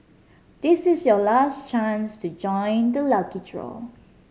this is your last chance to join the lucky draw